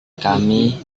kami